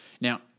Now